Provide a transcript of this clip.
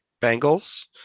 Bengals